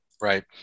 Right